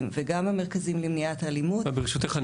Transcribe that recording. וגם במרכזים למניעת אלימות --- ברשותך,